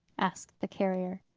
asked the carrier.